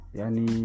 yani